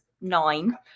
Nine